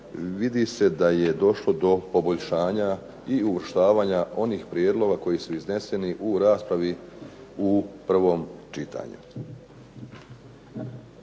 vidi se da je došlo do poboljšanja i uvrštavanja onih prijedloga koji su izneseni u raspravi u prvom čitanju.